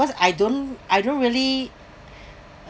cause I don't I don't really